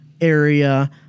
area